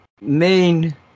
main